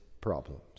problems